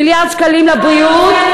מיליארד שקלים לבריאות,